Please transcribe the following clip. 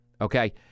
okay